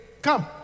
come